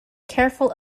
careful